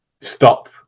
stop